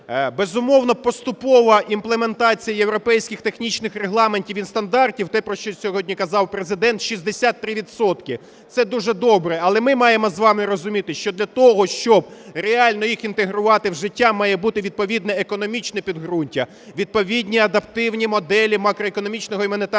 Безумовно, поступова імплементація європейських технічних регламентів і стандартів, те, про що сьогодні казав Президент, 63 відсотки. Це дуже добре. Але ми маємо з вами розуміти, що для того, щоб реально їх інтегрувати в життя, має бути відповідне економічне підґрунтя, відповідні адаптивні моделі макроекономічного і монетарного